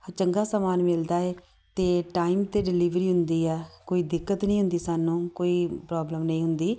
ਚੰਗਾ ਸਮਾਨ ਮਿਲਦਾ ਹੈ ਅਤੇ ਟਾਈਮ 'ਤੇ ਡਿਲੀਵਰੀ ਹੁੰਦੀ ਆ ਕੋਈ ਦਿੱਕਤ ਨਹੀਂ ਹੁੰਦੀ ਸਾਨੂੰ ਕੋਈ ਪ੍ਰੋਬਲਮ ਨਹੀਂ ਹੁੰਦੀ